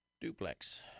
duplex